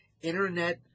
internet